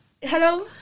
Hello